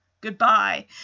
Goodbye